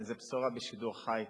הנה, זו בשורה בשידור חי.